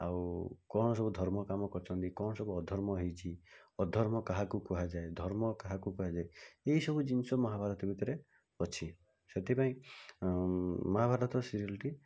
ଆଉ କ'ଣ ସବୁ ଧର୍ମ କାମ କରିଛନ୍ତି କ'ଣ ସବୁ ଅଧର୍ମ ହେଇଛି ଅଧର୍ମ କାହାକୁ କୁହାଯାଏ ଧର୍ମ କାହାକୁ କୁହାଯାଏ ଏଇସବୁ ଜିନିଷ ମହାଭାରତ ଭିତରେ ଅଛି ସେଥିପାଇଁ ମହାଭାରତ ସିରିଏଲ୍ ଟି